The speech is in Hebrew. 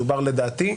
מדובר לדעתי,